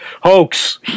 hoax